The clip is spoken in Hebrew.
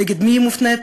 נגד מי היא מופנית,